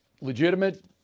Legitimate